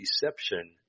deception